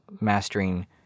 mastering